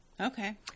Okay